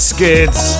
Skids